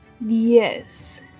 Yes